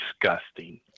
disgusting